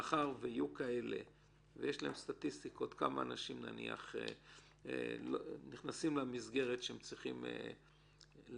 ויש סטטיסטיקות כמה אנשים נכנסים למסגרת של ריבית,